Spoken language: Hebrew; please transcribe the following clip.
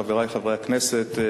חברי חברי הכנסת,